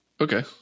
Okay